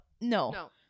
No